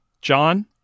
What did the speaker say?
John